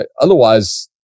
Otherwise